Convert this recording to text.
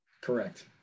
Correct